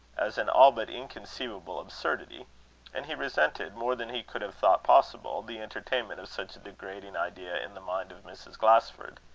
as an all but inconceivable absurdity and he resented, more than he could have thought possible, the entertainment of such a degrading idea in the mind of mrs. glasford.